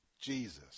Jesus